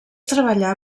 treballà